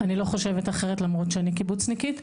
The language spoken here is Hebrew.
אני לא חושבת אחרת למרות שאני קיבוצניקית.